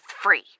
free